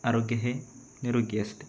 आरोग्य हे निरोगी असते